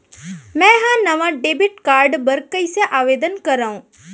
मै हा नवा डेबिट कार्ड बर कईसे आवेदन करव?